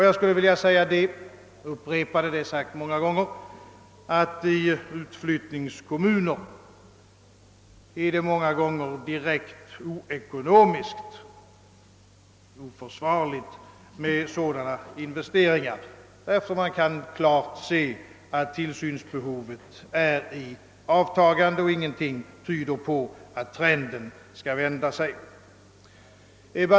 Jag skulle vilja upprepa vad som sagts många gånger att det i utflyttningskommuner ofta är ekonomiskt oförsvarligt med sådana investeringar, eftersom man klart kan se att tillsynsbehovet är i avtagande och ingenting tyder på att trenden skall vända sig.